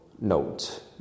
note